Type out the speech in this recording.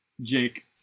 Jake